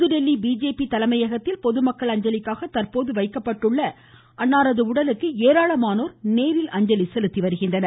புதுதில்லி BJP தலைமையகத்தில் பொதுமக்கள் அஞ்சலிக்காக தற்போது வைக்கப்பட்டுள்ள அன்னாரது உடலுக்கு ஏராளமானோர் நேரில் அஞ்சலி செலுத்தி வருகின்றனர்